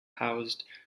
housed